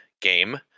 game